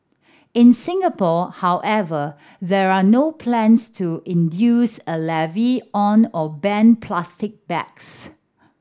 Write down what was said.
in Singapore however there are no plans to induce a levy on or ban plastic bags